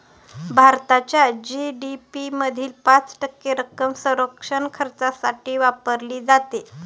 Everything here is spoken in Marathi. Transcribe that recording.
भारताच्या जी.डी.पी मधील पाच टक्के रक्कम संरक्षण खर्चासाठी वापरली जाते